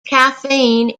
caffeine